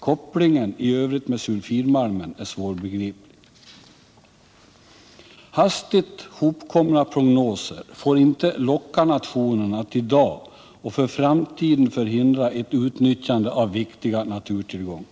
Kopplingen i övrigt med sulfidmalmen är svårbegriplig. Hastigt hopkomna prognoser får inte locka nationen att i dag och för framtiden hindra ett utnyttjande av viktiga naturtillgångar.